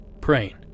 praying